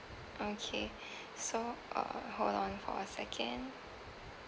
okay so uh hold on for a second